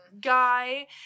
guy